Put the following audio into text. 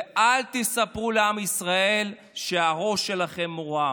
ואל תספרו לעם ישראל שהראש שלכם מורם.